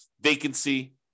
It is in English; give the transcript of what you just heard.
Vacancy